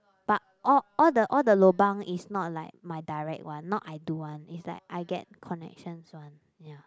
but all all the all the lobang is not like my direct one not I do one is like I get connections one